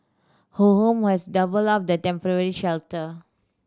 her home has doubled up the temporary shelter